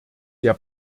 der